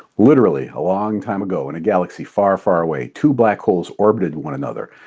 literally, a long time ago, in a galaxy far, far, away, two black holes orbited one another,